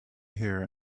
here